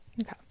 Okay